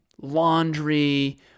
laundry